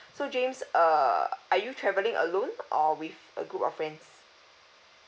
so james err are you travelling alone or with a group of friends